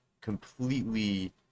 completely